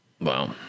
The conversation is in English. Wow